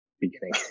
beginning